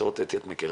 מתי הוא מגיע